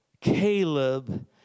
Caleb